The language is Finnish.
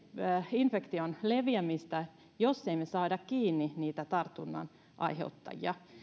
infektion leviämistä jos me emme saa kiinni niitä tartunnan aiheuttajia